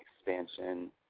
expansion